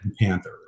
Panther